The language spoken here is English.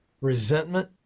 resentment